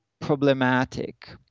problematic